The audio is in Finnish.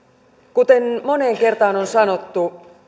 kuten moneen kertaan on sanottu